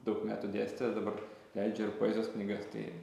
daug metų dėstė dabar leidžia ir poezijos knygas tai